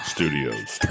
Studios